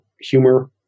humor